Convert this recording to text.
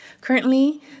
Currently